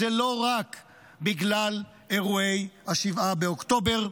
זה לא רק בגלל אירועי 7 באוקטובר,